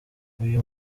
uyu